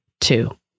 two